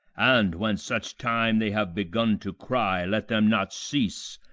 and when such time they have begun to cry, let them not cease,